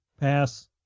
Pass